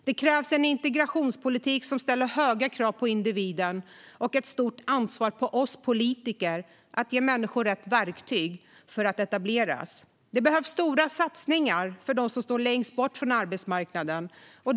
Det krävs en integrationspolitik som ställer höga krav på individen och lägger ett stort ansvar på oss politiker att ge människor rätt verktyg för att etableras. Det behövs stora satsningar för dem som står längst bort från arbetsmarknaden.